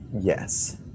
Yes